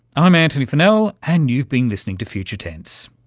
i'm antony funnell and you've been listening to future tense,